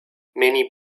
many